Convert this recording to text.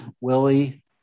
Willie